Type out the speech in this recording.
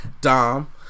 Dom